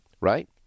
right